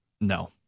no